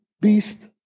beast